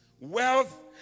wealth